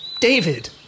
David